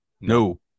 No